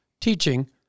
teaching